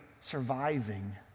surviving